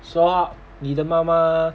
so how 你的妈妈